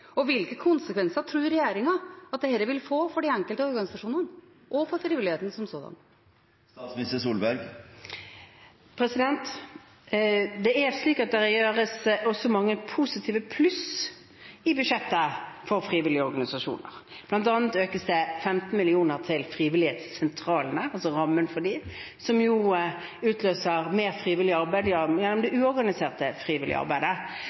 og hvilke konsekvenser tror regjeringen at dette vil få for de enkelte organisasjonene og for frivilligheten som sådan? Det er slik at det også gjøres mange positive påplussinger i budsjettet for frivillige organisasjoner. Blant annet økes rammen for frivillighetssentralene med 15 mill. kr, som jo utløser mer frivillig arbeid gjennom det uorganiserte frivillige arbeidet,